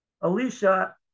Alicia